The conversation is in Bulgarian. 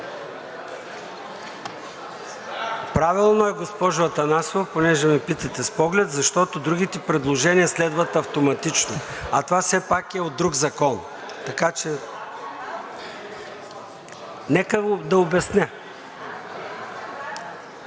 Правилно е, госпожо Атанасова, понеже ме питате с поглед, защото другите предложения следват автоматично, а това все пак е от друг закон. Нека да обясня.